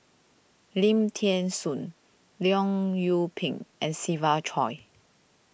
Lim thean Soo Leong Yoon Pin and Siva Choy